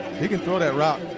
he can throw that route.